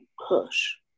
hush